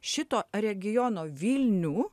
šito regiono vilnių